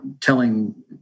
telling